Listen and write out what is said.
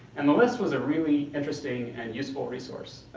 and the list was a really interesting and useful resource,